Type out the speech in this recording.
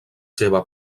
seva